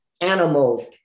animals